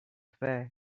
fare